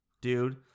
dude